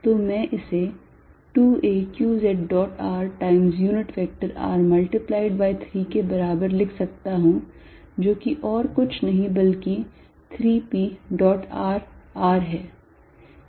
तो मैं इसे 2 a q z dot r times unit vector r multiplied by 3 के बराबर लिख सकता हूं जो कि और कुछ नहीं बल्कि 3 p dot r r है